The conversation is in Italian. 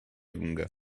lunga